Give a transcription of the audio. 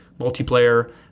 multiplayer